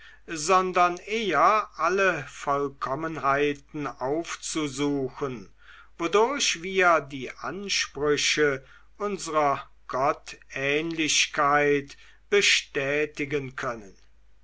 sondern eher alle vollkommenheiten aufzusuchen wodurch wir die ansprüche unsrer gottähnlichkeit bestätigen können